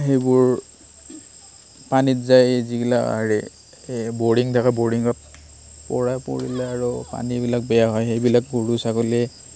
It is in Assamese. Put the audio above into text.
সেইবোৰ পানীত যায় যিগিলা হেৰি এই বৰিং থাকে বৰিঙত পৰে পৰিলে আৰু পানীবিলাক বেয়া হয় সেইবিলাক গৰু ছাগলীয়ে